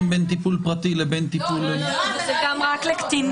בין טיפול פרטי לבין טיפול --- זה רק לקטינים.